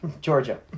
Georgia